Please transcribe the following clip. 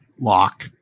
lock